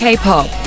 K-pop